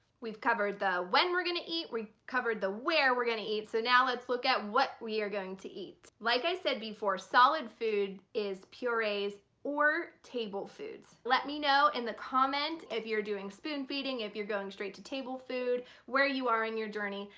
we've covered the when we're gonna eat, we covered the where we're gonna eat, so now let's look at what we are going to eat. like i said before solid food is purees or table foods. let me know in the comment if you're doing spoon feeding, if you're going straight to table food. where you are in your journey.